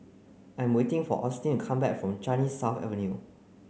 I'm waiting for Austin come back from Changi South Avenue